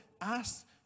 Ask